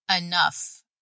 enough